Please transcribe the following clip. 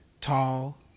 Tall